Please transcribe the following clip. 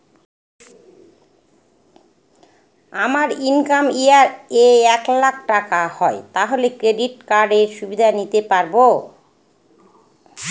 আমার income year এ এক লাক টাকা হয় তাহলে ক্রেডিট কার্ড এর সুবিধা নিতে পারবো?